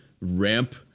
ramp